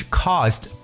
caused